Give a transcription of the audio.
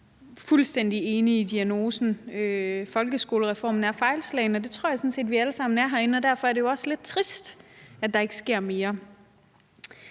fuldstændig enig i diagnosen, nemlig at folkeskolereformen er fejlslagen. Det tror jeg sådan set vi alle sammen er enige om herinde, og derfor er det jo også lidt trist, at der ikke sker mere.